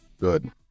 Good